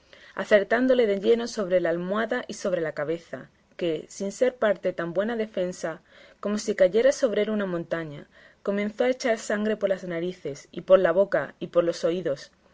acertándole de lleno sobre la almohada y sobre la cabeza que sin ser parte tan buena defensa como si cayera sobre él una montaña comenzó a echar sangre por las narices y por la boca y por los oídos